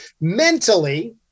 Mentally